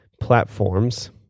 platforms